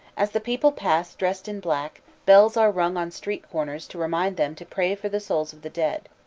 as the people pass dressed in black, bells are rung on street corners to remind them to pray for the souls of the dead.